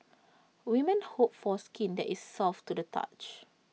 women hope for skin that is soft to the touch